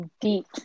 deep